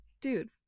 dude